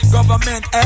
Government